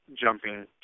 jumping